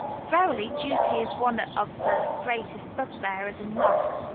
verily, duty is one of the greatest bugbears in life.